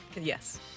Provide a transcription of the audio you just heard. Yes